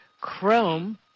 Chrome